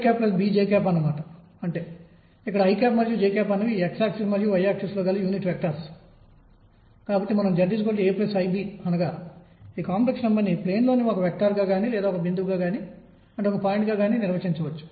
చివరకు మేము హైడ్రోజన్ పరమాణువు యొక్క బోర్ నమూనా యొక్క చర్చతో గతవారం ముగించాము